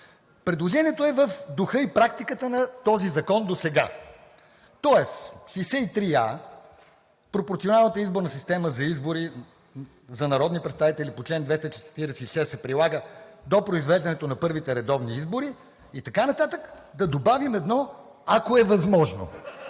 Предложението е в духа и практиката на този закон досега, тоест 63а – пропорционалната изборна система за избори за народни представители по чл. 246 се прилага до произвеждането на първите редовни избори и така нататък, да добавим едно „ако е възможно“.